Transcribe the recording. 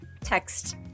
text